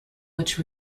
which